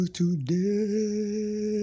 today